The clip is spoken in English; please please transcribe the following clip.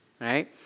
right